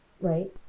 right